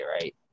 right